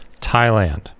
Thailand